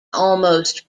almost